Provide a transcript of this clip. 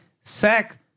sack